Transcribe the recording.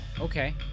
okay